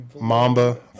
Mamba